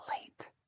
late